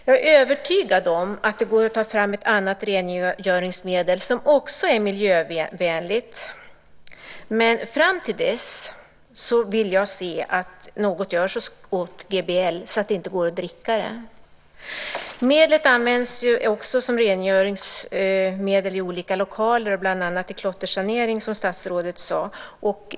Jag är övertygad om att det går att ta fram ett annat rengöringsmedel som också är miljövänligt. Men fram till dess vill jag se att något görs åt GBL så att det inte går att dricka. Medlet används som rengöringsmedel i olika lokaler, bland annat i klottersanering, som statsrådet sade.